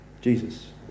Jesus